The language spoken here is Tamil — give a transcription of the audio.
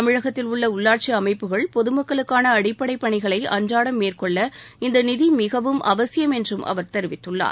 தமிழகத்தில் உள்ள உள்ளாட்சிஅமைப்புகள் பொதுமக்களுக்கான அடிப்படைப் பணிகளை அன்றாடம் மேற்கொள்ள இந்த நிதி மிகவும் அவசியம் என்றும் அவர் தெரிவித்துள்ளார்